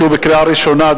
שמובא לקריאה ראשונה,